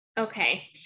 Okay